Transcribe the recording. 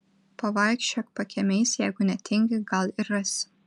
pavaikščiok pakiemiais jeigu netingi gal ir rasi